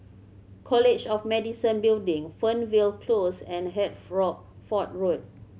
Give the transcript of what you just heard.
College of Medicine Building Fernvale Close and Road